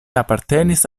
apartenis